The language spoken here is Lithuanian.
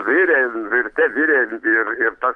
virė virte virė ir ir tas